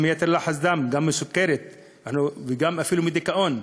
גם מיתר לחץ דם, גם מסוכרת ואפילו מדיכאון.